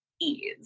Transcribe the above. ease